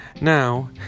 Now